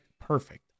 Perfect